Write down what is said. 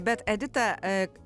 bet edita e